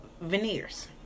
veneers